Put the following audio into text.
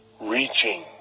reaching